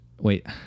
wait